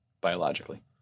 biologically